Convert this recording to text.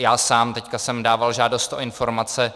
Já sám teď jsem dával žádost o informace.